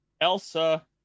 Elsa